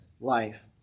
life